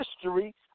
history